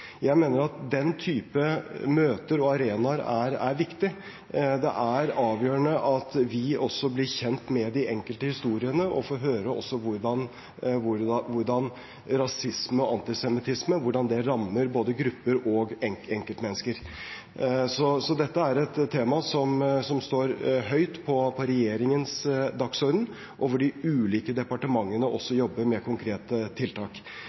Jeg mener at den type møter og arenaer er viktig. Det er avgjørende at vi også blir kjent med de enkelte historiene og får høre hvordan rasisme og antisemittisme rammer både grupper og enkeltmennesker. Så dette er et tema som står høyt på regjeringens dagsorden, og de ulike departementene jobber også med konkrete tiltak.